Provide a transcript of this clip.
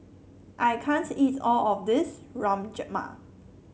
I can't eat all of this Rajma